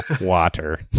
water